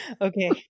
Okay